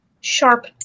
sharp